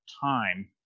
time